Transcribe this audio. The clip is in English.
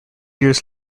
years